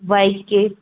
bike के